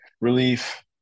relief